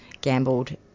gambled